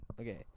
Okay